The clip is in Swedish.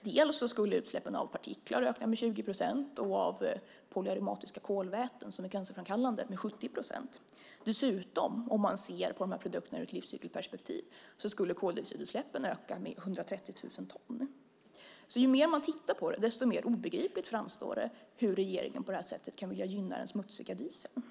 Dels skulle utsläppen av partiklar öka med 20 procent, och polyaromatiska kolväten, som är cancerframkallande, med 70 procent. Dessutom, om man ser på de här produkterna ur ett livscykelperspektiv, skulle koldioxidutsläppen öka med 130 000 ton. Ju mer man tittar på det, desto mer obegripligt framstår det hur regeringen på det här sättet kan vilja gynna den smutsiga dieseln.